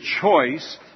choice